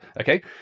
Okay